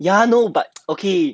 ya not but okay